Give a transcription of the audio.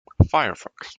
firefox